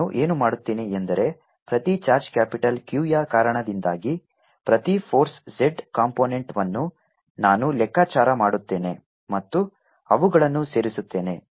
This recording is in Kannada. ನಾನು ಏನು ಮಾಡುತ್ತೇನೆ ಎಂದರೆ ಪ್ರತಿ ಚಾರ್ಜ್ ಕ್ಯಾಪಿಟಲ್ Q ಯ ಕಾರಣದಿಂದಾಗಿ ಪ್ರತಿ ಫೋರ್ಸ್ z ಕಾಂಪೊನೆಂಟ್ವನ್ನು ನಾನು ಲೆಕ್ಕಾಚಾರ ಮಾಡುತ್ತೇನೆ ಮತ್ತು ಅವುಗಳನ್ನು ಸೇರಿಸುತ್ತೇನೆ